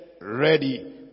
ready